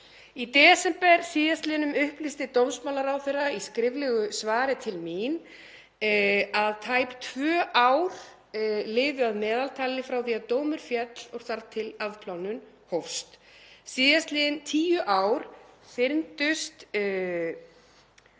Í desember síðastliðnum upplýsti dómsmálaráðherra í skriflegu svari til mín að tæp tvö ár liðu að meðaltali frá því að dómur félli og þar til afplánun hæfist. Síðastliðin tíu ár fyrndust